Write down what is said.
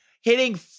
hitting